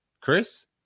chris